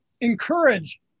encourage